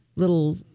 Little